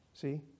see